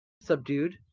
subdued